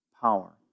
power